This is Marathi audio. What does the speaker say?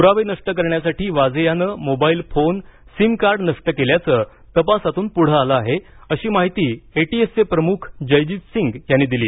पु्रावे नष्ट करण्यासाठी वाझे यानं मोबाईल फोन सीम कार्ड नष्ट केल्याचं तपासातून पुढे आलं आहे अशी माहिती एटीएसचे प्रमुख जयजीत सिंग यांनी दिली